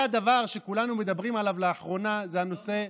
והדבר שכולנו מדברים עליו לאחרונה זה הנושא,